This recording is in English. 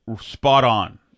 spot-on